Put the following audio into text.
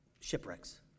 shipwrecks